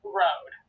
road